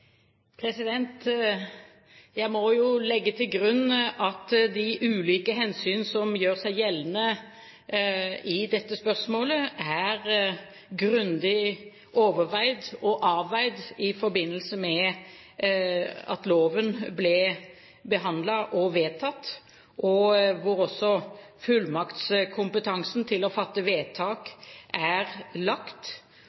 Jeg må legge til grunn at de ulike hensyn som gjør seg gjeldende i dette spørsmålet, er grundig overveid og avveid i forbindelse med at loven ble behandlet og vedtatt, og hvor også fullmaktskompetansen til å fatte